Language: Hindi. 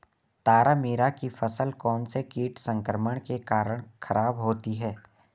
तारामीरा की फसल कौनसे कीट संक्रमण के कारण खराब होती है?